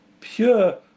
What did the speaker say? pure